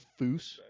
Foose